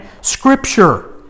Scripture